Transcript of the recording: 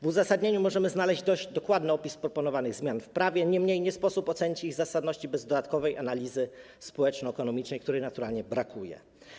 W uzasadnieniu możemy znaleźć dość dokładny opis proponowanych zmian w prawie, niemniej nie sposób ocenić ich zasadności bez dodatkowej analizy społeczno-ekonomicznej, której naturalnie brakuje.